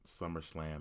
SummerSlam